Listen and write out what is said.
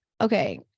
okay